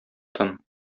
тын